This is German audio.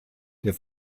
der